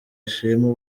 ashima